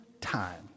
time